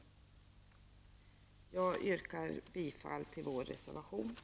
Fru talman! Jag yrkar bifall till reservation nr 1.